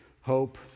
hope